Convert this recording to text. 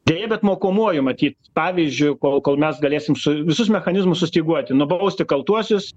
deja bet mokomuoju matyt pavyzdžiu kol kol mes galėsim su visus mechanizmus sustyguoti nubausti kaltuosius